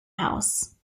house